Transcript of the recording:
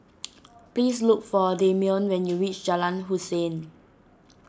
please look for Dameon when you reach Jalan Hussein